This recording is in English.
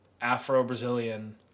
Afro-Brazilian